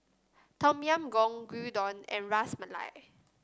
Tom Yam Goong Gyudon and Ras Malai